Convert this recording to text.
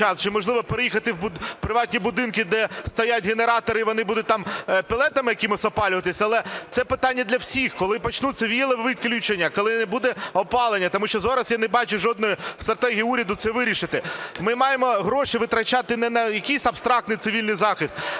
чи, можливо, переїхати в приватні будинки, де стоять генератори, і вони будуть там палетами якимись опалюватись. Але це питання для всіх, коли почнуться віялові відключення, коли не буде опалення. Тому що зараз я не бачу жодної стратегії уряду це вирішити. Ми маємо гроші витрачати не на якийсь абстрактний цивільний захист,